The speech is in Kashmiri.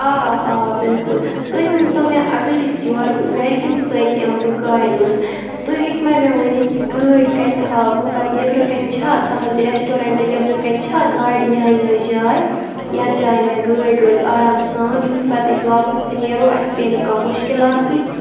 آ آ بالکل تُہۍ ؤنۍتو مےٚ اگر أسۍ یورٕ گَرِکٮ۪ن سۭتۍ یِمہٕ بہٕ گاڑِ منٛز تُہۍ ہیٚکہٕ وَ مےٚ ؤنِتھ یہِ گٲڑۍ کَتہِ تھاو بہٕ پَتہٕ نیٚبرٕکٮ۪ن چھا تُہٕنٛدِ ریسٹورنٛٹ نٮ۪برٕکٮ۪ن چھا گاڑِ میٛانہِ یٲژ جاے یَتھ جایہِ مےٚ گٲڑۍ روزِ آرام سان یُتھ پَتہٕ أسۍ واپَس تہِ نیرو اَسہِ پیٚیہِ نہٕ کانٛہہ مُشکلات بٕتھِ